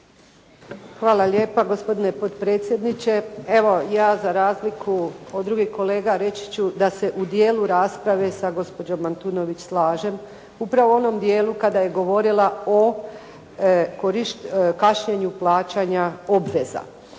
Hvala lijepa gospodine potpredsjedniče. Evo ja za razliku od drugih kolega reći ću da se u dijelu rasprave sa gospođom Antunović slažem upravo u onom dijelu kada je govorila o kašnjenju plaćanja obveza.